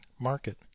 market